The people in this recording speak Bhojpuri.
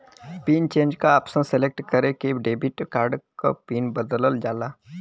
पिन चेंज क ऑप्शन सेलेक्ट करके डेबिट कार्ड क पिन बदलल जाला